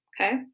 Okay